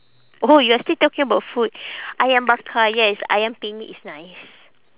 oh you are still talking about food ayam bakar yes ayam penyet is nice